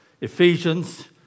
Ephesians